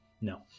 No